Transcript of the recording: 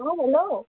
অঁ হেল্ল'